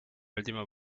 última